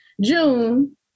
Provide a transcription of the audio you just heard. June